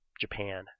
Japan